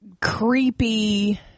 creepy